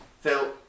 Phil